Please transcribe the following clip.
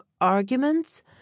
arguments